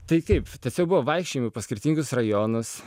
tai kaip tiesiog buvo vaikščiojimai po skirtingus rajonus